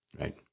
right